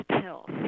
pills